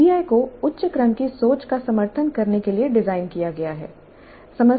P BI को उच्च क्रम की सोच का समर्थन करने के लिए डिज़ाइन किया गया है